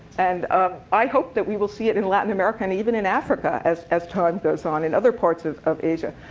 and um i hope that we will see it in latin america and even in africa as as time goes on, and other parts of of asia.